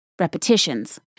repetitions